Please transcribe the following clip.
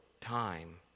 time